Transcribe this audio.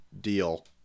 deal